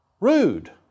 rude